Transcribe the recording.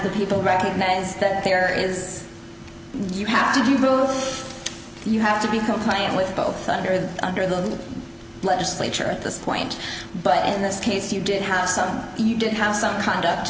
the people recognize that there is you have to do you have to be compliant with both under the under the legislature at this point but in this case you did have some you did have some conduct